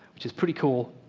which is pretty cool.